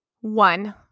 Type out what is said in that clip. One